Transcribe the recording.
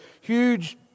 huge